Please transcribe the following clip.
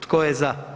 Tko je za?